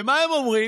ומה הם אומרים?